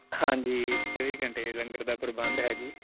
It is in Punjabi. ਹਾਂਜੀ ਚੌਵੀ ਘੰਟੇ ਲੰਗਰ ਦਾ ਪ੍ਰਬੰਧ ਹੈ ਜੀ